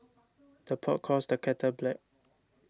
the pot calls the kettle black